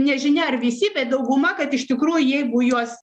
nežinia ar visi bet dauguma kad iš tikrų jeigu juos